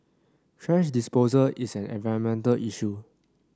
thrash disposal is an environmental issue